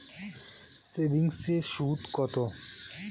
সেভিংসে সুদ কত?